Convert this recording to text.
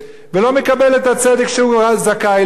ולא מקבל את הצדק שהוא היה זכאי לו.